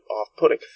off-putting